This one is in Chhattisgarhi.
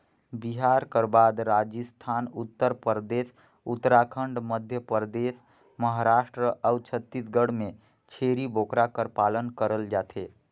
बिहार कर बाद राजिस्थान, उत्तर परदेस, उत्तराखंड, मध्यपरदेस, महारास्ट अउ छत्तीसगढ़ में छेरी बोकरा कर पालन करल जाथे